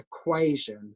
equation